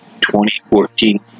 2014